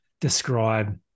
describe